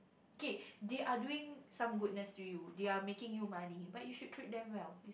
okay they are doing some goodness to you they are making you money but you should treat them well